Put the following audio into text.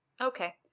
Okay